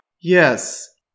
Yes